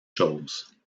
choses